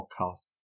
podcast